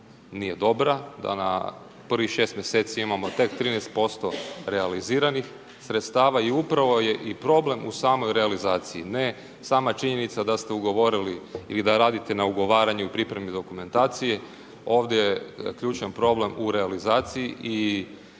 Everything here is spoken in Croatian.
da na prvih 6 mjeseci imamo tek 13% realiziranih sredstava i upravo je i problem u samoj realizaciji. Ne sama činjenica da ste ugovorili ili da radite na ugovaranju i pripremi dokumentacije. Ovdje je ključan problem u realizaciji i